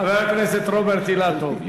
חבר הכנסת רוברט אילטוב,